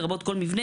לרבות כל מבנה,